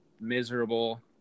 miserable